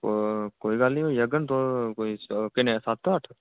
कोई गल्ल नेई होई जाङन किन्ने ऐ सत्त ऐ अट्ठ